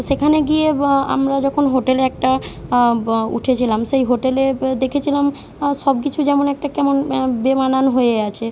সেখানে গিয়ে আমরা যখন হোটেলে একটা উঠেছিলাম সেই হোটেলে দেখেছিলাম সব কিছু যেমন একটা কেমন বেমানান হয়ে আছে